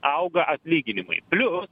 auga atlyginimai plius